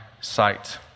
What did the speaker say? sight